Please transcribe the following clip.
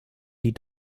die